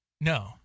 No